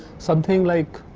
something like